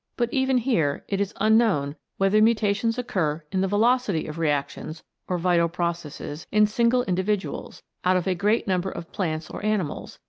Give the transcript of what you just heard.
but even here it is unknown whether mutations occur in the velocity of reactions or vital processes in single individuals, out of a great number of plants or animals,